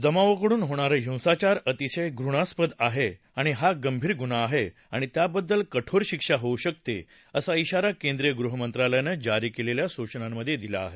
जमावाकडून होणारा हिंसाचार आणि मॉब लिंयिंग अतिशय घृणास्पद आणि गंभीर गुन्हे आहेत आणि त्याबद्दल कठोर शिक्षा होऊ शकते असा इशारा केंद्रीय गृह मंत्रालयानं जारी केलेल्या सूवनांमध्ये दिला आहे